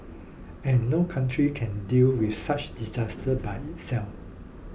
and no country can deal with such disasters by itself